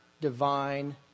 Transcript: divine